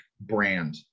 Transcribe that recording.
brand